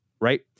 right